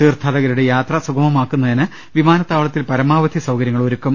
തീർഥാടകരുടെ യാത്ര സുഗമമാക്കുന്നതിന ് വിമാനത്താവളത്തിൽ പരമാവധി സൌകര്യങ്ങൾ ഒരുക്കും